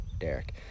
Derek